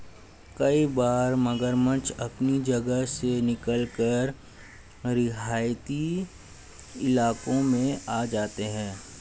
कई बार मगरमच्छ अपनी जगह से निकलकर रिहायशी इलाकों में आ जाते हैं